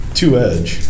two-edge